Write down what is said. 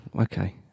Okay